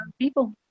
people